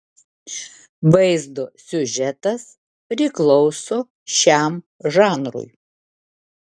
vaizdo siužetas priklauso šiam žanrui